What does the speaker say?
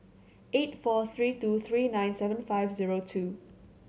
eight four three two three nine seven five zero two